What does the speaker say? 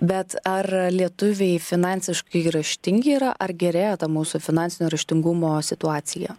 bet ar lietuviai finansiškai raštingi yra ar gerėja mūsų finansinio raštingumo situacija